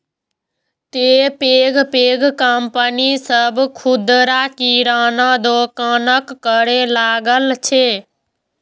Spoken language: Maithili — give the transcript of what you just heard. तें पैघ पैघ कंपनी सभ खुदरा किराना दोकानक करै लागल छै